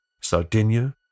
Sardinia